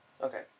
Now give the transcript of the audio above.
Okay